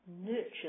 nurture